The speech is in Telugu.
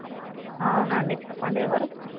అవునండి చెప్పండి ఎవరు